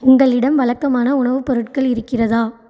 உங்களிடம் வழக்கமான உணவுப் பொருட்கள் இருக்கிறதா